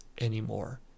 anymore